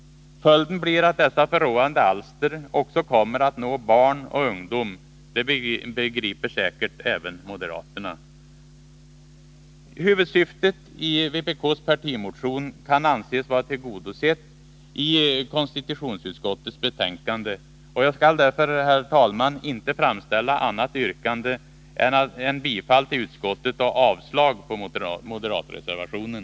Följden blir att dessa förråande alster också kommer att nå barn och ungdom — det begriper säkert även moderaterna. Huvudsyftet i vpk:s partimotion kan anses vara tillgodosett i konstitutionsutskottets betänkande. Jag skall därför, herr talman, inte framställa något annat yrkande än om bifall till utskottets hemställan och avslag på moderatreservationen.